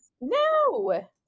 no